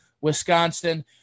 Wisconsin